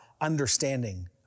understanding